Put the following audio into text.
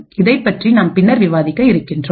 இதைப்பற்றி நாம் பின்னர் விவாதிக்க இருக்கின்றோம்